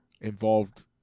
involved